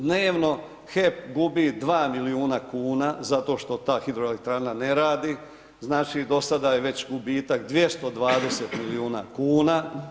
Dnevno HEP gubi 2 milijuna kuna zato što ta hidroelektrana ne radi, znači do sada je već gubitak 220 milijuna kuna.